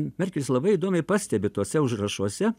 merkelis labai įdomiai pastebi tuose užrašuose